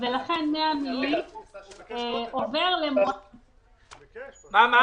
ולכן מהמילים " עובר למועד --- מה?